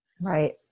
Right